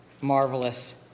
marvelous